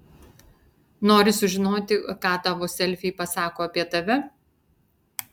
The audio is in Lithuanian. nori sužinoti ką tavo selfiai pasako apie tave